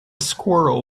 squirrel